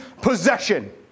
possession